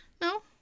No